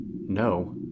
No